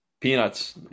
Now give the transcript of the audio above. Peanuts